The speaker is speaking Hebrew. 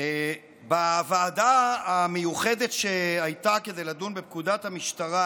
בוועדה המיוחדת שהייתה כדי לדון בפקודת המשטרה,